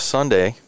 Sunday